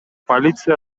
полиция